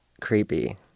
creepy